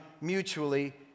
mutually